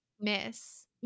miss